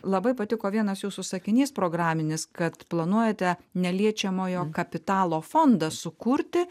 labai patiko vienas jūsų sakinys programinis kad planuojate neliečiamojo kapitalo fondą sukurti